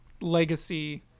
legacy